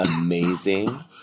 amazing